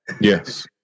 Yes